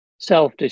Self